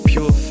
Pure